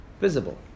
visible